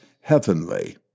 heavenly